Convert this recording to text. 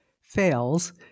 fails